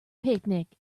picnic